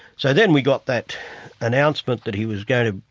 so then we got that announcement that he was going to,